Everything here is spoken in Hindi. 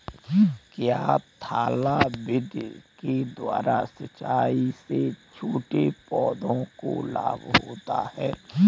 क्या थाला विधि के द्वारा सिंचाई से छोटे पौधों को लाभ होता है?